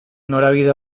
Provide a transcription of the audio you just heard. norabide